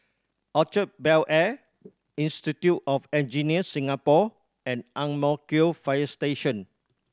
Orchard Bel Air Institute of Engineers Singapore and Ang Mo Kio Fire Station